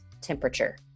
temperature